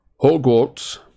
Hogwarts